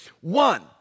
One